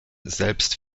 selbst